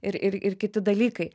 ir ir ir kiti dalykai